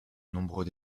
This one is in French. nombreux